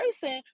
person